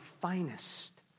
finest